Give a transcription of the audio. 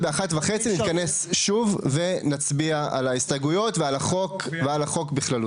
ב-13:30 נתכנס שוב ונצביע על ההסתייגויות ועל החוק בכללותו.